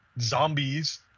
zombies